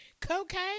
cocaine